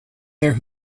their